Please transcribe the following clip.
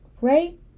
right